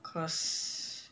cause